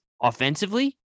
offensively